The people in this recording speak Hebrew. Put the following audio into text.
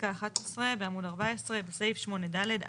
פסקה 11 בעמוד 14, בסעיף 8 (ד').